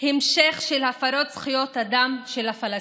המשך של הפרת זכויות אדם של הפלסטינים,